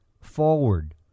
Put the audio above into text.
Forward